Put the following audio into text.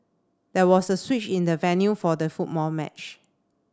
there was a switch in the venue for the football match